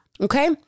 Okay